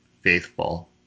Faithful